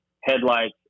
headlights